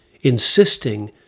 insisting